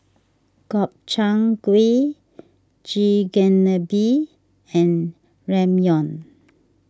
Gobchang Gui Chigenabe and Ramyeon